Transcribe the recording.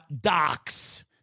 docs